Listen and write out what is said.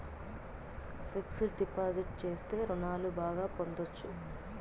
fixed deposit చేస్తే రుణాలు బాగా పొందొచ్చు